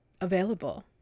available